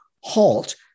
halt